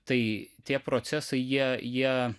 tai tie procesai jie jie